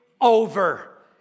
over